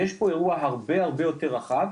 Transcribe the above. יש פה אירוע הרבה יותר רחב,